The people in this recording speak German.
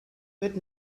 wird